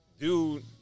dude